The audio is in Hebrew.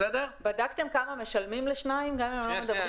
בדקתם כמה משלמים לשניים גם אם לא מדברים?